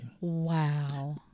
Wow